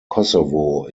kosovo